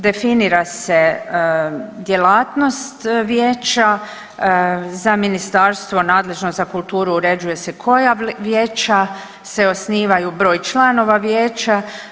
Definira se djelatnost vijeća, za ministarstvo nadležno za kulturu uređuje se koja vijeća se osnivaju, broj članova vijeća.